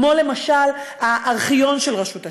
כמו למשל הארכיון של רשות השידור,